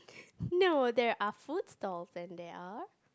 no there are food stalls then there are